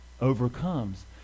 overcomes